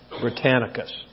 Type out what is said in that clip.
Britannicus